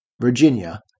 Virginia